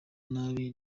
nabi